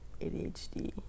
adhd